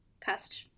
past